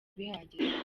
bihagije